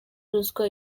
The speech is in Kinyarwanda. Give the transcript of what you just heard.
ruswa